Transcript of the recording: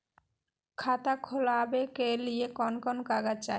खाता खोलाबे के लिए कौन कौन कागज चाही?